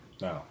No